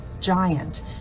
giant